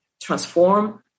transform